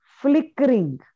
flickering